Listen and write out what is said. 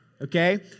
Okay